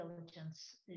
intelligence